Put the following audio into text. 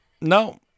No